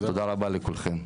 תודה רבה לכולם.